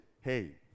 Hey